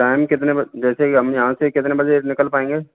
time कितने बजे जैसे कि हम यहाँ से हम कितने बजे निकल पाएंगे